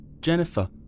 Jennifer